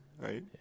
right